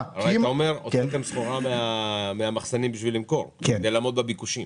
אתה אומר שהוצאתם סחורה מהמחסנים כדי למכור וכדי לעמוד בביקושים.